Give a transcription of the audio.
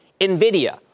NVIDIA